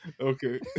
Okay